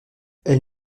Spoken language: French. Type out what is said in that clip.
elle